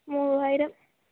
മൂവായിരം